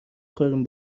خوریم